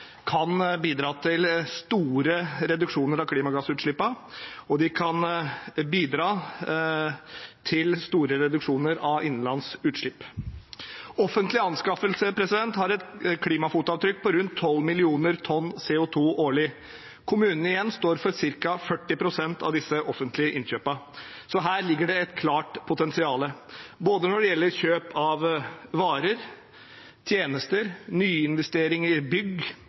kan bidra til store reduksjoner av klimagassutslippene, og de kan bidra til store reduksjoner av utslipp innenlands. Offentlige anskaffelser har et klimafotavtrykk på rundt 12 millioner tonn CO 2 årlig. Kommunene står for ca. 40 pst. av disse offentlige innkjøpene. Så her ligger det et klart potensial når det gjelder kjøp av varer og tjenester, nyinvesteringer i bygg,